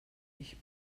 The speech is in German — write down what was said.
ich